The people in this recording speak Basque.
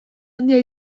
handia